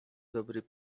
dobry